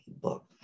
book